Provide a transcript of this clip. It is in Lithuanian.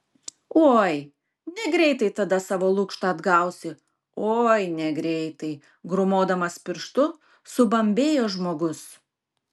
oi negreitai tada savo lukštą atgausi oi negreitai grūmodamas pirštu subambėjo žmogus